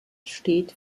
steht